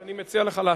אני מציע לך להציע.